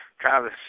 Travis